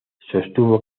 sostuvo